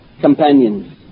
companions